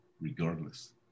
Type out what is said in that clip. regardless